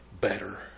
better